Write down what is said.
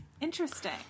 Interesting